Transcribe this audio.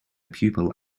pupil